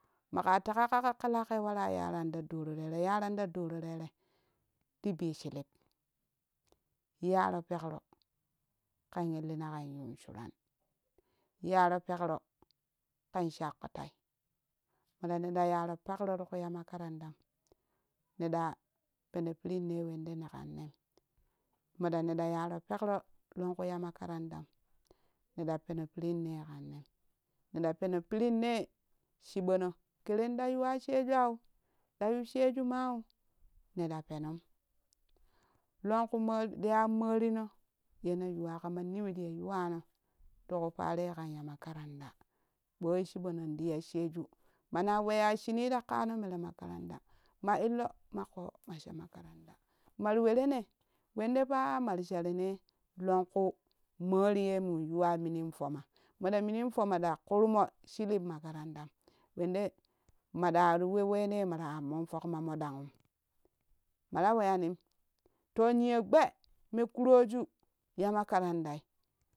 Maka teka kake kelaken wara yara ni ta doroi tere yaranta doroi rere tibi chilib yaro pekro ken illina ken yun suran yaro pekro ken shakko tai moɗa neɗa yaro pekro tiku ya makarandam ne ɗa peno piirinne kannem neɗa peno piirinne chibono kerenɗa yuwa shejuau ɗa yu sheju maau ne ɗa penom lonku mori yan morino ye ne yuwa kama niwif ye yuwa ano ti paroye kan ya makaranda boi chi ɓononti ya sheje mana weya shinii ta kano mere makaranda ma illo ma koh ma sha makaranda mari we renane wende paa mari sha renei lanku mori ye mun yuwa munin fooma moda munin fooma ɗa kurmo shirin makarandam wende ma ɗari we we ne mara ammon fokma mo ɗangum mara weyenin to niya gba me kuroju ya makarandai